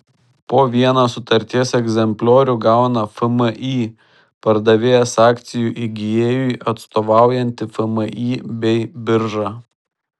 po vieną sutarties egzempliorių gauna fmį pardavėjas akcijų įgijėjui atstovaujanti fmį bei birža